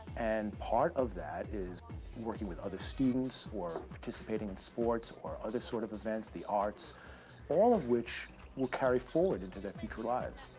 and part of that is working with other students who are participating in sports, or other sort of events, the arts all of which will carry forward into their future lives.